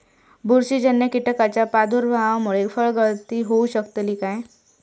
बुरशीजन्य कीटकाच्या प्रादुर्भावामूळे फळगळती होऊ शकतली काय?